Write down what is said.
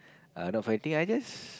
err not for anything I just